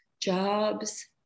jobs